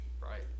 right